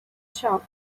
shop